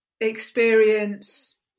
experience